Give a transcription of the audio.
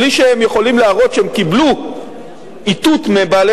בלי שהם יכולים להראות שהם קיבלו איתות מבעלי